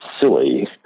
silly